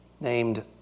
named